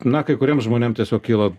na kai kuriems žmonėm tiesiog kyla